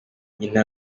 nyina